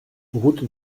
route